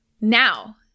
Now